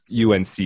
UNC